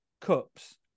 cups